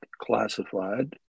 classified